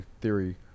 theory